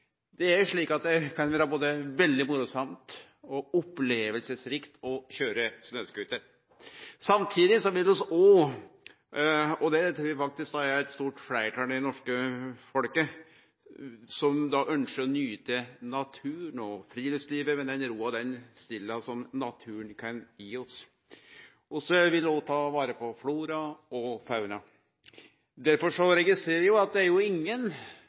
å køyre snøscooter. Samtidig trur eg faktisk det er eit stort fleirtal i det norske folket som ønskjer å nyte naturen og friluftslivet med den roa og den stilla som naturen kan gi oss. Vi vil også ta vare på flora og fauna. Derfor registrerer eg at det er ingen,